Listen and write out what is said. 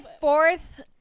fourth